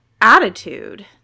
attitude